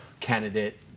candidate